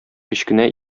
кечкенә